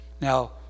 Now